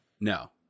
No